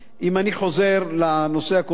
אם אני חוזר לנושא הקודם,